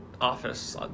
office